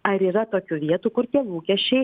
ar yra tokių vietų kur tie lūkesčiai